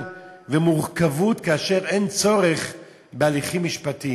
ומורכבות כאשר אין צורך בהליכים משפטיים.